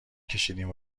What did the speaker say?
کشیدیم